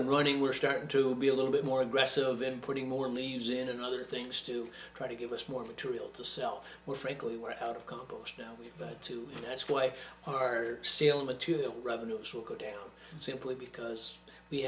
and running we're starting to be a little bit more aggressive in putting more leaves in and other things to try to give us more material to sell well frankly we're out of compost now too that's why our seal material revenues will go down simply because we